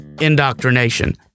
indoctrination